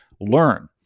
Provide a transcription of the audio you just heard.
learn